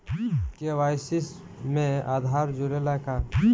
KYC में आधार जुड़े ला का?